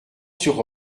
sur